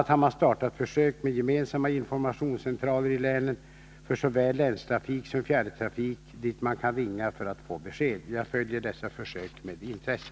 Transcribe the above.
a. har man startat försök med gemensamma informationscentraler i länen för såväl länstrafik som fjärrtrafik dit man kan ringa för att få besked. Jag följer dessa försök med intresse.